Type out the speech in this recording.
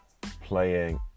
playing